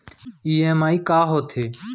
EMI का होथे?